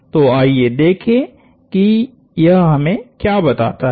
तो आइए देखें कि यह हमें क्या बताता है